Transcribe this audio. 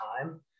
time